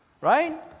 Right